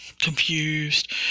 confused